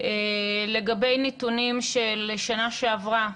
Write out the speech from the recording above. לגבי נתונים של שנה שעברה,